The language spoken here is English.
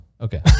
Okay